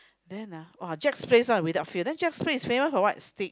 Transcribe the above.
then ah !wah! Jack's Place [one] without fail then Jack's Place is famous for what steak